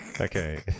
okay